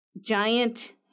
giant